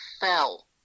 fell